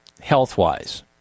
health-wise